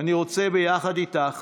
אני רוצה יחד איתך